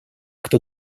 кто